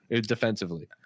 defensively